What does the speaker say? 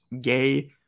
gay